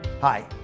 Hi